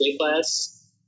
class